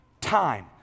time